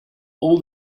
all